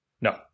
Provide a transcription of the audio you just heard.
No